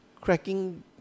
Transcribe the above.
cracking